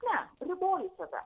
ne riboju save